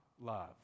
love